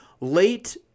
late